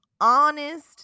honest